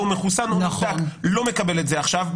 הוא מחוסן הוא לא מקבל את זה עכשיו,